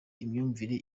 imyumvire